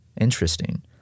Interesting